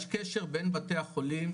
יש קשר בין בתי החולים,